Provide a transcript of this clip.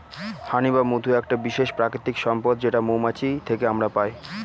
হানি বা মধু একটা বিশেষ প্রাকৃতিক সম্পদ যেটা মৌমাছি থেকে আমরা পাই